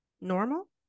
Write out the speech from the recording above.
normal